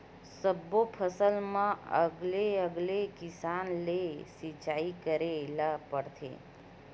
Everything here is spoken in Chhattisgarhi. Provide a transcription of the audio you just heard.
सब्बो फसल म अलगे अलगे किसम ले सिचई करे ल परथे